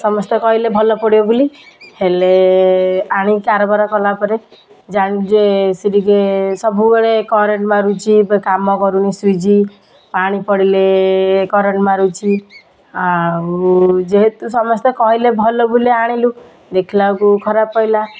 ସମସ୍ତେ କହିଲେ ଭଲ ପଡ଼ିବ ବୋଲି ହେଲେ ଆଣିକି କାରବାର କଲାପରେ ଜାଣିଲୁ ଯେ ସେ ଟିକେ ସବୁବେଳେ କରେଣ୍ଟ୍ ମାରୁଛି ଏବେ କାମ କରୁନି ସୁଇଚ୍ ପାଣି ପଡ଼ିଲେ କରେଣ୍ଟ୍ ମାରୁଛି ଆଉ ଯେହେତୁ ସମସ୍ତେ କହିଲେ ଭଲ ବୋଲି ଆଣିଲୁ ଦେଖିଲା ବେଳକୁ ଖରାପ ପଇଲା